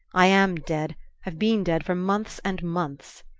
i am dead i've been dead for months and months.